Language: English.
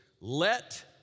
Let